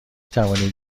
توانید